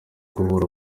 guhugura